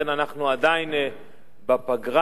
אכן אנחנו עדיין בפגרה,